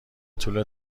طول